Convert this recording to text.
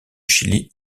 chili